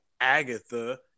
Agatha